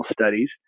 Studies